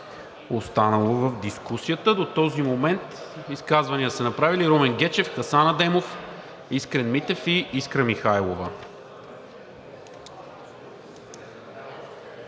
имат групите. До този момент изказвания са направили Румен Гечев, Хасан Адемов, Искрен Митев и Искра Михайлова.